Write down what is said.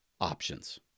options